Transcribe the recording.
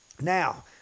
Now